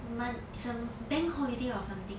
mon~ it's a bank holiday or something